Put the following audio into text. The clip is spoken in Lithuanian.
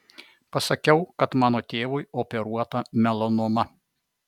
pasakiau kad mano tėvui operuota melanoma